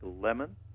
lemon